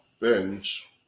binge